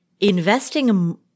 investing